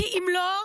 כי אם לא,